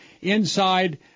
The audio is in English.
inside